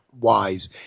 wise